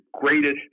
greatest